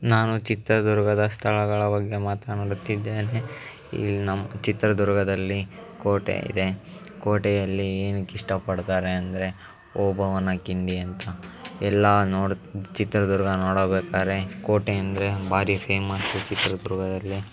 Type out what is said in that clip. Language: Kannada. ನಾನು ಚಿತ್ರದುರ್ಗದ ಸ್ಥಳಗಳ ಬಗ್ಗೆ ಮಾತನಾಡುತ್ತಿದ್ದೇನೆ ಇಲ್ಲಿ ನಮ್ಮ ಚಿತ್ರದುರ್ಗದಲ್ಲಿ ಕೋಟೆ ಇದೆ ಕೋಟೆಯಲ್ಲಿ ಏನಕ್ಕೆ ಇಷ್ಟಪಡ್ತಾರೆ ಅಂದರೆ ಓಬವ್ವನ ಕಿಂಡಿ ಅಂತ ಎಲ್ಲ ನೋಡಿ ಚಿತ್ರದುರ್ಗ ನೋಡಬೇಕಾದ್ರೆ ಕೋಟೆಯಿಂದ ಭಾರಿ ಫೇಮಸ್ ಚಿತ್ರದುರ್ಗದಲ್ಲಿ